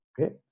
Okay